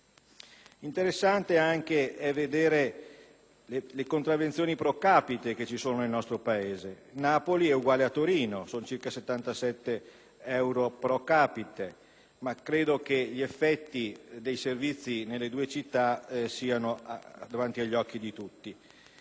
interessante anche vedere il dato sulle contravvenzioni *pro capite* nel nostro Paese: Napoli è uguale a Torino con circa 77 euro *pro capite*, ma credo che gli effetti dei servizi nelle due città siano davanti agli occhi di tutti.